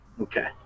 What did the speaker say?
Okay